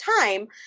time